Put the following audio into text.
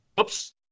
oops